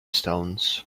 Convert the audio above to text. stones